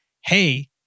hey